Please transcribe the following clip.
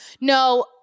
No